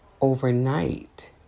overnight